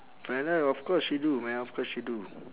friend uh of course she do man of course she do